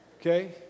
okay